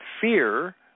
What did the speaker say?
Fear